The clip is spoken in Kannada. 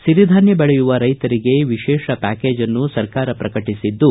ಸಿರಿಧಾನ್ಯ ಬೆಳೆಯುವ ರೈತರಿಗೆ ವಿಶೇಷ ಪ್ಯಾಕೇಜ್ನ್ನು ಸರ್ಕಾರ ಪ್ರಕಟಿಸಿದ್ದು